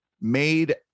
made